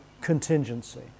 contingency